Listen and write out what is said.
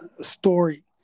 story